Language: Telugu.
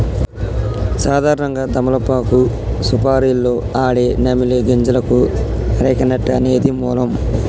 సాధారణంగా తమలపాకు సుపారీలో ఆడే నమిలే గింజలకు అరెక నట్ అనేది మూలం